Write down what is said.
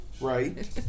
Right